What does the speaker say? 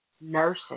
nursing